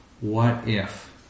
what-if